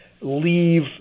leave